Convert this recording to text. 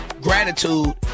gratitude